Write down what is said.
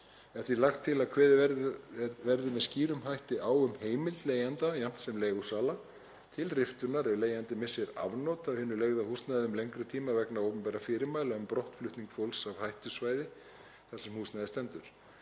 Er því lagt til að kveðið verði með skýrum hætti á um heimild leigjanda jafnt sem leigusala til riftunar ef leigjandi missir afnot af hinu leigða húsnæði um lengri tíma vegna opinberra fyrirmæla um brottflutning fólks af hættusvæði þar sem húsnæðið stendur.